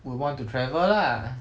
we would want to travel lah